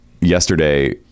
yesterday